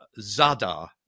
Zadar